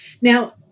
Now